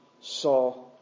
saw